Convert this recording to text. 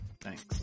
thanks